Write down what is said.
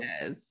yes